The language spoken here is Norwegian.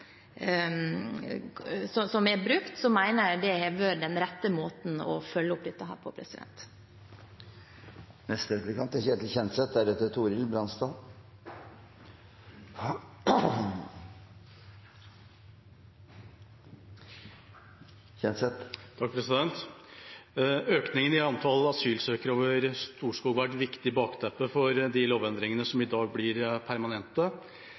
som er brukt, mener jeg det har vært den rette måten å følge opp dette på. Økningen i antallet asylsøkere over Storskog var et viktig bakteppe for de lovendringene som i dag blir permanente.